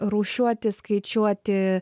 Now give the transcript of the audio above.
rūšiuoti skaičiuoti